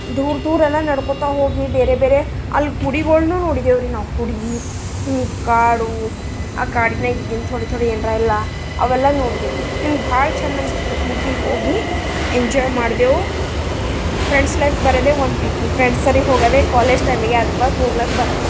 ದೂರ ದೂರ ಎಲ್ಲ ನಡಕೋತ ಹೋಗಿ ಬೇರೆ ಬೇರೆ ಅಲ್ಲಿ ಗುಡಿಗಳ್ನು ನೋಡಿದೇವ್ರಿ ನಾವು ಗುಡಿ ಈ ಕಾಡು ಆ ಕಾಡಿನಾಗ ಇದ್ದಿಂದ ಥೋಡೆ ಥೋಡೆ ಏನರ ಎಲ್ಲ ಅವೆಲ್ಲ ನೋಡಿದೇವು ನಂಗ ಭಾಳ ಛಂದ ಅನಿಸ್ತ್ ಪಿಕ್ನಿಕ್ಕಿಗೆ ಹೋಗಿ ಎಂಜಾಯ್ ಮಾಡಿದೇವು ಫ್ರೆಂಡ್ಸ್ ಲೈಫ್ ಬರೋದೆ ಒಂದು ಪೈಕಿ ಫ್ರೆಂಡ್ಸ್ ಸರಿ ಹೋಗೋದೇ ಕಾಲೇಜ್ ಟೈಮಿಗೆ ಅದ್ರ ಬಾದ್ ಹೋಗ್ಲಾಕ ಬರಲ್ಲ